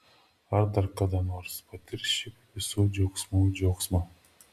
ar dar kada nors patirs šį visų džiaugsmų džiaugsmą